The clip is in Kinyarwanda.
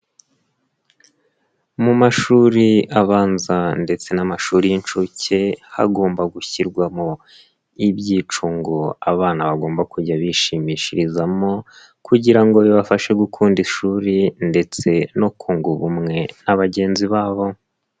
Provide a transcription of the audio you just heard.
Mu mashuri abanza ndetse n'amashuri y'inshuke, hagomba gushyirwamo ibyicungo abana bagomba kujya bishimishirizamo kugira ngo bibafashe gukunda ishuri ndetse no kunga ubumwe na bagenzi babo.